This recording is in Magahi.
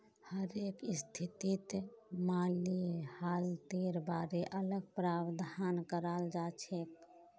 हरेक स्थितित माली हालतेर बारे अलग प्रावधान कराल जाछेक